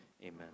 Amen